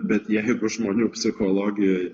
bet jeigu žmonių psichologijoj